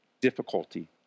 difficulty